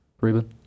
Reuben